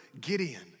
Gideon